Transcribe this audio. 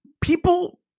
people